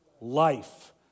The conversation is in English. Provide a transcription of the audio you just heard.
life